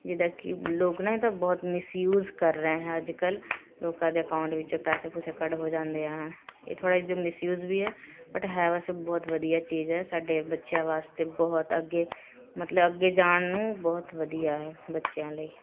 ਜਿੱਦਾਂ ਕਿ ਲੋਕ ਨਾ ਇਹਦਾ ਬਹੁਤ ਮਿਸਯੂਜ਼ ਕਰ ਰਹੇ ਹੈਂ ਅੱਜ ਕੱਲ੍ਹ ਲੋੋਕਾਂ ਦੇ ਅਕਾਊਂਟ ਵਿੱਚ ਪੈਸੇ ਪੁਸੇ ਕੱਢ ਹੋ ਜਾਂਦੇ ਹਾਂ ਇਹ ਥੋੜ੍ਹਾ ਜਿਹਾ ਮਿਸਯੂਜ਼ ਵੀ ਹੈ ਬਟ ਹੈ ਵੈਸੇ ਬਹੁਤ ਵਧੀਆ ਚੀਜ਼ ਹੈ ਸਾਡੇ ਬੱਚਿਆਂ ਵਾਸਤੇ ਬਹੁਤ ਅੱਗੇ ਮਤਲਬ ਅੱਗੇ ਜਾਣ ਨੂੰ ਬਹੁਤ ਵਧੀਆ ਹੈ ਬੱਚਿਆਂ ਲਈ